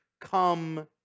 come